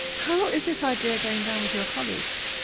how is this idea going down with your colleagues?